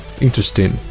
interesting